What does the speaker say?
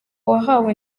wahawe